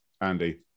Andy